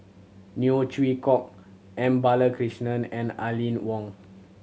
Neo Chwee Kok M Balakrishnan and Aline Wong